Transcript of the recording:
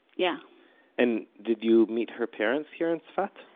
yeah and did you meet her parents here in tzfat?